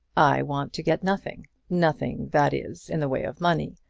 i want to get nothing nothing, that is, in the way of money.